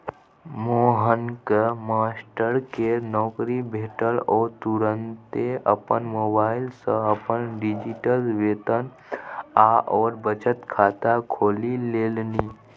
मोहनकेँ मास्टरकेर नौकरी भेटल ओ तुरते अपन मोबाइल सँ अपन डिजिटल वेतन आओर बचत खाता खोलि लेलनि